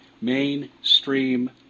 Mainstream